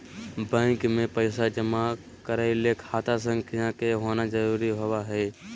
bank मे पैसा जमा करय ले खाता संख्या के होना जरुरी होबय हई